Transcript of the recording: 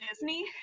Disney